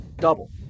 double